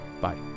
Bye